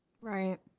Right